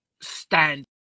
stand